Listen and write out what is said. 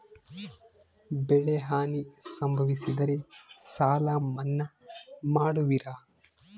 ಬೆಳೆಹಾನಿ ಸಂಭವಿಸಿದರೆ ಸಾಲ ಮನ್ನಾ ಮಾಡುವಿರ?